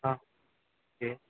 ஆ K